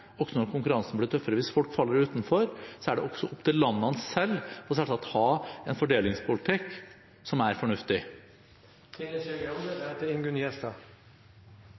når konkurransen blir tøffere. Hvis folk faller utenfor, er det selvsagt opp til landene selv å ha en fordelingspolitikk som er fornuftig.